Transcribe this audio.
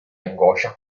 angoscia